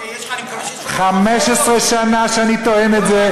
אני מקווה שיש לך, 15 שנה אני טוען את זה.